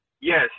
Yes